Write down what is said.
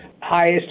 highest